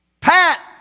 Pat